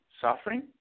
suffering